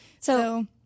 So-